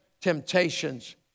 temptations